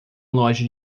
loja